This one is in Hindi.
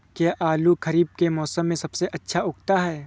क्या आलू खरीफ के मौसम में सबसे अच्छा उगता है?